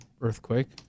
earthquake